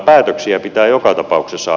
päätöksiä pitää joka tapauksessa